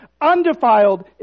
undefiled